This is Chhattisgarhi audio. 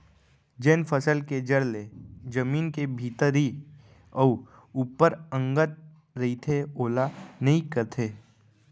जेन फसल के जर ले जमीन के भीतरी अउ ऊपर अंगत रइथे ओला नइई कथें